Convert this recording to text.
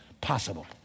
possible